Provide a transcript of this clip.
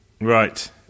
Right